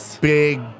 big